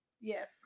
Yes